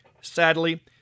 Sadly